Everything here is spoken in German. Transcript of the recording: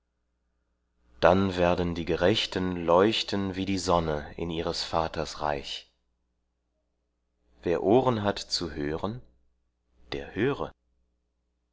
dann werden die gerechten leuchten wie die sonne in ihres vaters reich wer ohren hat zu hören der höre